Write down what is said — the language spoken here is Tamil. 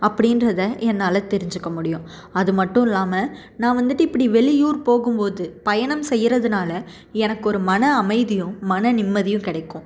அப்படின்றதை என்னால் தெரிஞ்சிக்க முடியும் அது மட்டும் இல்லாமல் நான் வந்துட்டு இப்படி வெளியூர் போகும்போது பயணம் செய்கிறதுனால எனக்கு ஒரு மன அமைதியும் மன நிம்மதியும் கிடைக்கும்